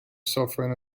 suffering